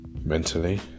mentally